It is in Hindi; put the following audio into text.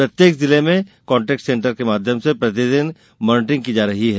प्रत्येक जिले में कांटेक्ट सेन्टर के माध्यम से प्रति दिन मॉनीटरिंग की जा रही है